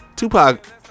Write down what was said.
Tupac